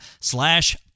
slash